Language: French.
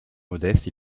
modeste